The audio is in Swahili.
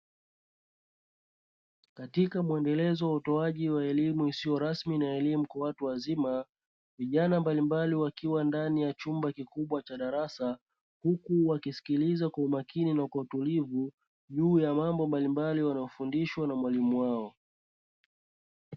Katika mwendelezo wa utoaji wa elimu isiyo rasmi na elimu kwa watu wazima, vijana mbalimbali wakiwa ndani ya chumba kikubwa cha darasa huku wakisikiliza kwa umakini na kwa utulivu juu ya mambo mbalimbali wanayofundishwa na mwalimu wao.